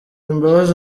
imbabazi